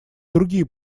другие